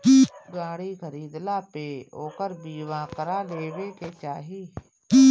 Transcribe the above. गाड़ी खरीदला पे ओकर बीमा करा लेवे के चाही